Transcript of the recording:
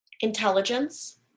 Intelligence